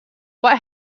what